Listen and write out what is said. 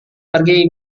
pergi